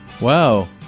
Wow